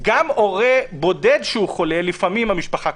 העובדה שבתוך הבית,